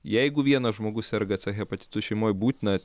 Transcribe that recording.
jeigu vienas žmogus serga hepatitu šeimoj būtina